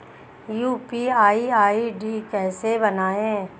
UPI ID कैसे बनाएं?